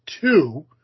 two